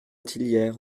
tillières